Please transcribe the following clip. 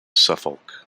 suffolk